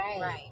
right